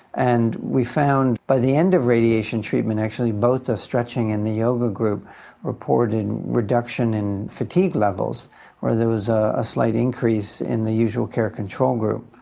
and we found by the end of radiation treatment actually both the stretching and the yoga group reporting reduction in fatigue levels where there was a ah slight increase in the usual care control group,